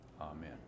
Amen